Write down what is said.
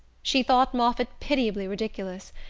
she thought moffatt pitiably ridiculous,